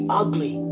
ugly